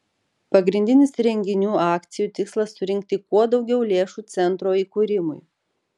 pagrindinis renginių akcijų tikslas surinkti kuo daugiau lėšų centro įkūrimui